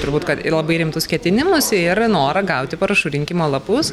turbūt kad ir labai rimtus ketinimus ir norą gauti parašų rinkimo lapus